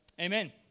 amen